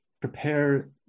prepare